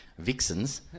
vixens